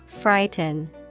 frighten